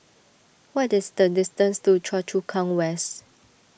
what is the distance to Choa Chu Kang West